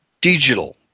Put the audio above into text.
digital